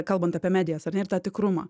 kalbant apie medijas ar ne ir tą tikrumą